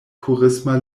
turisma